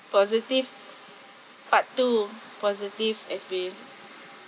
positive part two positive experience